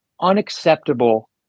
unacceptable